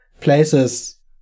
places